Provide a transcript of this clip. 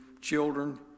children